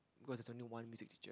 because there's only one music teacher